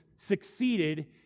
succeeded